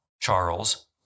Charles